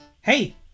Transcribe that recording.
Hey